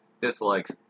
Dislikes